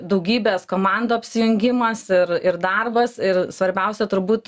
daugybės komandų apsijungimas ir ir darbas ir svarbiausia turbūt